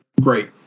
Great